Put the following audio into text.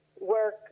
work